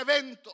evento